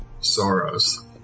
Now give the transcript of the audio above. sorrows